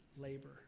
labor